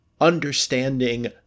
understanding